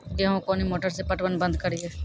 गेहूँ कोनी मोटर से पटवन बंद करिए?